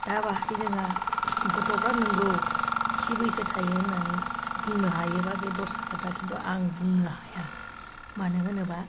दा बाहाय जोङो गथ'फ्रा नंगौ थि बैसो थायो होननानै बुंनो हायोब्ला बे दस्रा खोथा खिन्थु आं बुंनो हाया मानो होनोब्ला